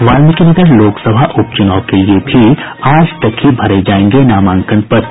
वाल्मिकीनगर लोकसभा उपचुनाव के लिए भी आज तक ही भरे जायेंगे नामांकन पत्र